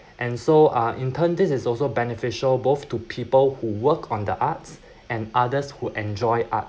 and so uh in turn this is also beneficial both to people who work on the arts and others who enjoy art